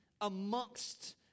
amongst